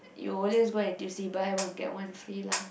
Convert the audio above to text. you'll always go N_T_U_C buy one get one free lah